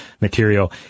material